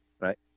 Right